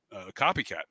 copycat